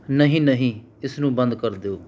ਨਹੀਂ ਨਹੀਂ ਇਸ ਨੂੰ ਬੰਦ ਕਰ ਦਿਉ